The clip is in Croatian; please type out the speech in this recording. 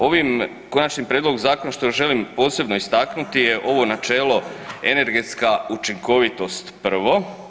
Ovim konačnim prijedlogom zakona što želim posebno istaknuti je ovo načelo energetska učinkovitost prvo.